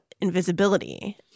invisibility